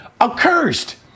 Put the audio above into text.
accursed